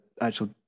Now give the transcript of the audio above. actual